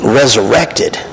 resurrected